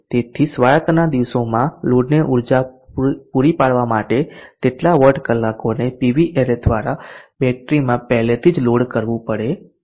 તેથી સ્વાયત્તના દિવસોમાં લોડને ઊર્જા પૂરા પાડવા માટે તેટલા વોટ કલાકોને પીવી એરે દ્વારા બેટરીમાં પેહલેથીજ લોડ કરવું પડે છે